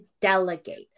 delegate